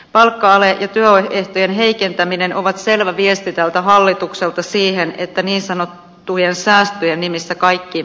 palkka ale ja työehtojen heikentäminen ovat selvä viesti tältä hallitukselta että niin sanottujen säästöjen nimissä kaikki on sallittu